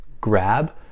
grab